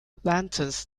lanterns